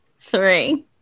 three